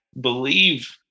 believe